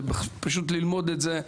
פשוט ללמוד את זה,